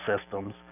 systems